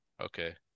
okay